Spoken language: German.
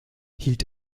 hielt